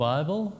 Bible